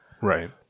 Right